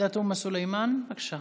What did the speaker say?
סלימאן, בבקשה.